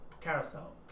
carousel